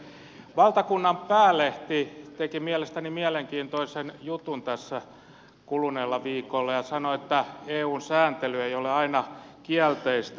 valtakunnan päälehti teki mielestäni mielenkiintoisen jutun tässä kuluneella viikolla ja sanoi että eun sääntely ei ole aina kielteistä